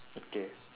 okay